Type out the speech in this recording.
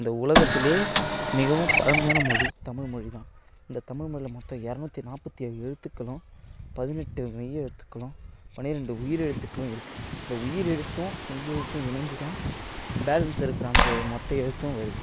இந்த உலகத்துலேயே மிகவும் பழமையான மொழி தமிழ் மொழி தான் இந்த தமிழ் மொழில மொத்தம் இரநூத்தி நாற்பத்தேழு எழுத்துக்களும் பதினெட்டு மெய்யெழுத்துக்களும் பனிரெண்டு உயிரெழுத்துக்களும் இருக்குது இந்த உயிரெழுத்தும் மெய்யெழுத்தும் இணஞ்சு தான் பேலன்ஸ் இருக்கிற அந்த மொத்த எழுத்தும் வருது